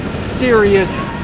serious